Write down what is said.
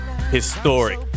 historic